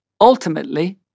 Ultimately